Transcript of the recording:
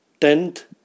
Tenth